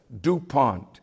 DuPont